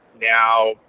Now